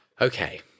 Okay